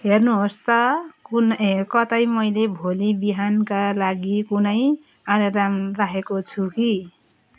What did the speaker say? हेर्नुहोस् त कुन कतै मैले भोलि बिहानका लागि कुनै अलार्म राखेको छु कि